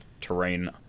terrain